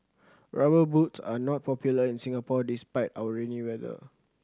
Rubber Boots are not popular in Singapore despite our rainy weather